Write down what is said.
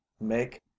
make